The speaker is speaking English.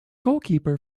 goalkeeper